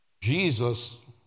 Jesus